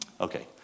Okay